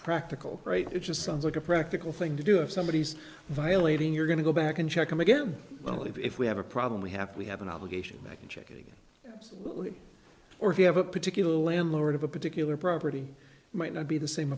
practical right it just sounds like a practical thing to do if somebody is violating you're going to go back and check them again well even if we have a problem we have we have an obligation that can check a salute or if you have a particular landlord of a particular property might not be the same